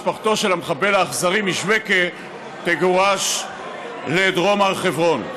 משפחתו של המחבל האכזרי משוויכה תגורש לדרום הר חברון.